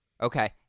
Okay